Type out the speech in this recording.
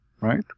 Right